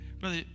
Brother